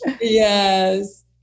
Yes